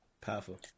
Powerful